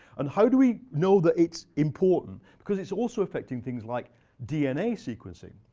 and how do we know that it's important? because it's also affecting things like dna sequencing.